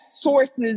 sources